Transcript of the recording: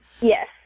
Yes